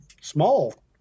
small